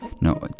no